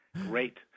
Great